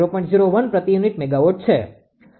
01 પ્રતિ unit megawatt છે